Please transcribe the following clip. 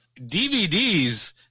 DVDs